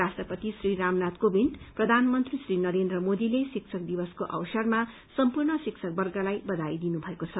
राष्टपति श्री रामनाथ कोविन्द प्रधानमन्त्री श्री नरेन्द्र मोदीले शिक्षक दिवसको अवसरमा सम्पूर्ण शिक्षकवर्गलाई बघाई दिनुमएको छ